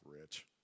rich